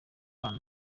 n’aba